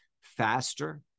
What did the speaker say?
faster